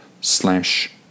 slash